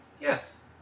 Yes